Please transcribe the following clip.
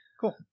cool